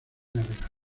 navegación